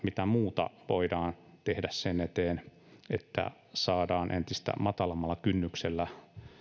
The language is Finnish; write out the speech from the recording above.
mitä muuta voidaan tehdä sen eteen että saadaan entistä matalammalla kynnyksellä